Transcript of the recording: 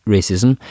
Racism